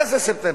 מה זה ספטמבר?